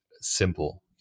simple